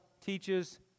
teaches